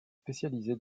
spécialisé